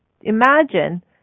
Imagine